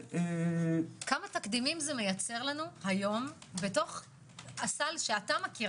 כמה תקדימים זה מייצר לנו היום בתוך הסל שאתה מכיר?